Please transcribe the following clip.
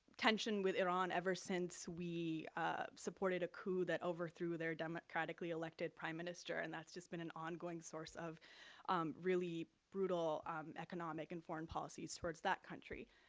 tension with iran, ever since we supported a coup that overthrew their democratically-elected prime minister, and that's just been an ongoing source of really brutal economic and foreign policies towards that country.